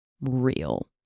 real